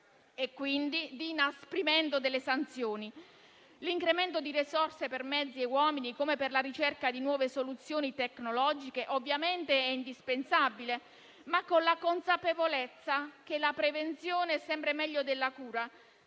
termini di inasprimento delle sanzioni. L'incremento di risorse per mezzi e uomini, come per la ricerca di nuove soluzioni tecnologiche, è ovviamente indispensabile, ma con la consapevolezza che la prevenzione è sempre meglio della cura.